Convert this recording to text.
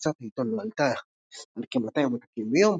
כשתפוצת העיתון לא עלתה על כ-2,000 עותקים ביום,